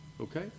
Okay